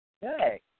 hey